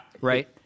Right